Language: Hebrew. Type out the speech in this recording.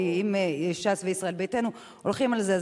כי אם ש"ס וישראל ביתנו הולכים על זה,